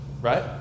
right